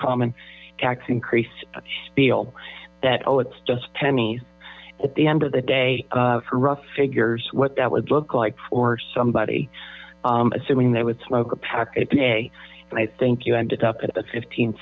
common tax increase speal that oh it's just pennies at the end of the day for rough figures what that would look like for somebody assuming they would smoke a pack a day and i think you deduct the fifteen